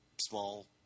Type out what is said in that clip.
small